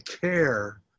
care